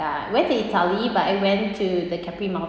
ya went to italy but I went to the capri mountains